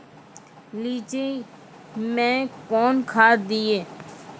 लीची मैं कौन खाद दिए?